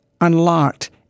unlocked